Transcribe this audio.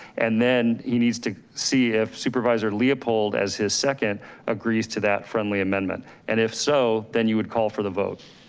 and then he needs to see if supervisor leopold as his second agrees to that friendly amendment. and if so, then you would call for the vote.